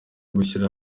gushyira